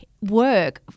work